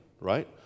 right